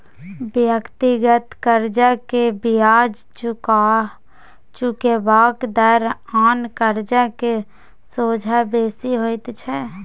व्यक्तिगत कर्जा के बियाज चुकेबाक दर आन कर्जा के सोंझा बेसी होइत छै